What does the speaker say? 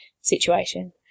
situation